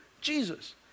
Jesus